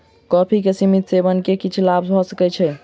coffee के सीमित सेवन सॅ किछ लाभ भ सकै छै